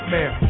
Man